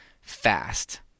fast